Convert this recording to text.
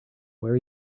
where